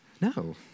No